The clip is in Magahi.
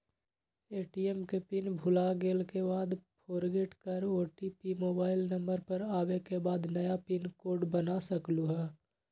ए.टी.एम के पिन भुलागेल के बाद फोरगेट कर ओ.टी.पी मोबाइल नंबर पर आवे के बाद नया पिन कोड बना सकलहु ह?